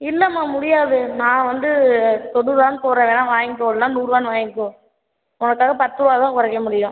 இல்லைம்மா முடியாது நான் வந்து தொண்ணூறு ரூபானு போடுகிறேன் வேணா வாங்கிக்கோ இல்லைனா நூறு ரூபானு வாங்கிக்கோ உனக்காக பத்து ரூபா தான் குறைக்க முடியும்